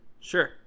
Sure